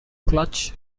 clutch